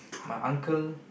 my uncle